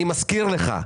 אני מזכיר לך: